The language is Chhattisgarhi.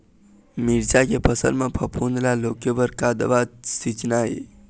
मिरचा के फसल म फफूंद ला रोके बर का दवा सींचना ये?